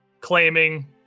claiming